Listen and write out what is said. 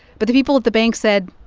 but the people at the bank said,